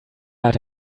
hatte